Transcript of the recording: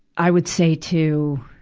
i would say to,